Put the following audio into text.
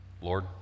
Lord